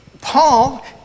paul